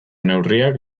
neurriak